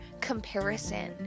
comparison